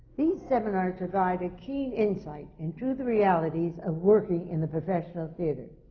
these seminars provide a keen insight into the realities of working in the professional theatre.